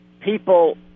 people